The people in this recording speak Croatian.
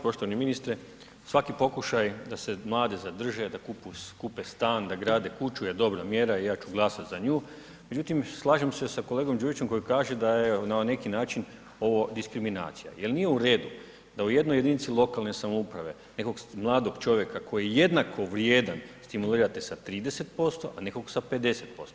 Poštovani ministre, svaki pokušaj da se mlade zadrži, da kupe stan, da grade kuću je dobra mjera i ja ću glasat za nju, međutim slažem se sa kolegom Đujićem koji kaže da je na neki način ovo diskriminacija jer nije u redu da u jednoj jedinici lokalne samouprave nekog mladog čovjeka koji je jednako vrijedan stimulirate sa 30% a nekog sa 50%